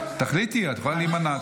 תחליטי, את יכולה להימנע.